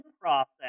process